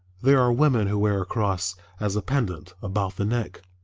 there are women who wear a cross as a pendant about the neck.